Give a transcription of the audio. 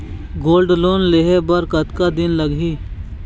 Gold loan लेहे बर कतका दिन लगही?